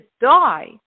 die